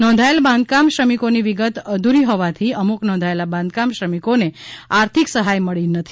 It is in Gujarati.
નોંધાયેલ બાંધકામ શ્રમિકોની વિગત અધુરી હોવાથી અમૂક નોંધાયેલા બાંધકામ શ્રમિકોને આર્થિક સહાય મળી નથી